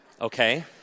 okay